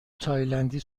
تایلندی